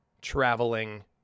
traveling